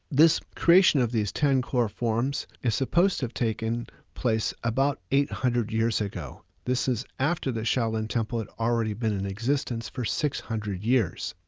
this creation of these ten core forums is supposed to have taken place about eight hundred years ago. this is after the shaolin template already been in existence for six hundred years.